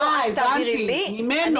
ממנו אני